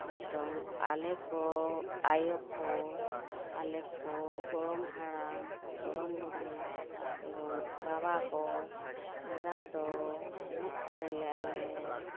ᱱᱤᱛᱚᱳ ᱟᱞᱮ ᱠᱚ ᱟᱭᱳ ᱠᱚ ᱟᱞᱮ ᱠᱚ ᱜᱚᱲᱚᱢ ᱦᱟᱲᱟᱢ ᱜᱚᱲᱚᱢ ᱵᱩᱰᱷᱤ ᱮᱵᱚᱝ ᱵᱟᱵᱟ ᱠᱚ ᱥᱮᱫᱟᱭ ᱫᱚ ᱮᱱᱮᱡ ᱥᱮᱨᱮᱧ ᱞᱮᱫᱟᱞᱮ